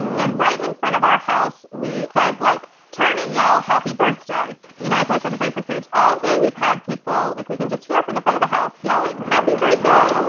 and right in front of our house we said like, turn and yell, happy birthday. you know, i post on the facebook page. all day we've had people like we can just hear from the fat of the house yelling happy birthday.